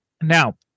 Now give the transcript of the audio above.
Now